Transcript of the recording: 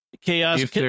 Chaos